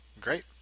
Great